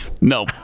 no